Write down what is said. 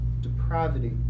depravity